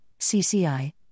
CCI